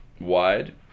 wide